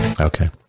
Okay